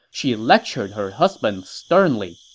she lectured her husband sternly.